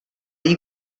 you